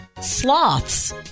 sloths